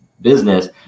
business